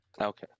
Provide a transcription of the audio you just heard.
Okay